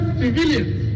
civilians